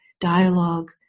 Dialogue